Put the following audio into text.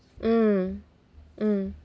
mm mm